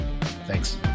Thanks